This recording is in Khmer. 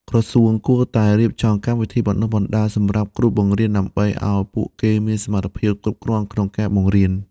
ក្រសួងគួរតែរៀបចំកម្មវិធីបណ្តុះបណ្តាលសម្រាប់គ្រូបង្រៀនដើម្បីឱ្យពួកគេមានសមត្ថភាពគ្រប់គ្រាន់ក្នុងការបង្រៀន។